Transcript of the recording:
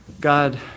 God